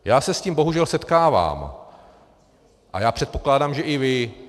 Já se s tím bohužel setkávám a předpokládám, že i vy.